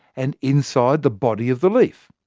and inside the body of the leaf.